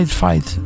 fight